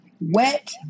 wet